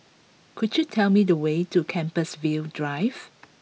could you tell me the way to Compassvale Drive